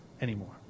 anymore